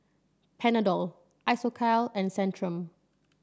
Panadol Isocal and Centrum